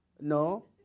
No